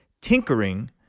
Tinkering